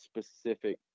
specific